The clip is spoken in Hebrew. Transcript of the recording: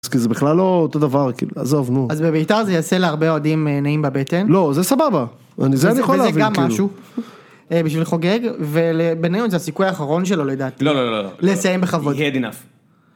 זה בכלל לא אותו דבר כאילו עזוב נו. אז בביתר זה יעשה להרבה אוהדים נעים בבטן, לא זה סבבה אני זה אני יכול להבין. וזה גם משהו בשביל חוגג, ובינינו זה הסיכוי האחרון שלו לדעתי - לא לא לא - לסיים בכבוד - He had enough